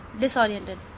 disoriented